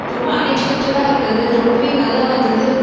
ரொம்ப அன் எக்ஸ்பெக்ட்டடாக இருந்தது ரொம்பவே நல்லா வந்தது